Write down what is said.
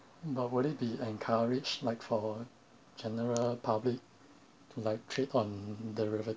but will it be encouraged like for general public to like trade on the deriva~